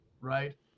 right